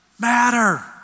matter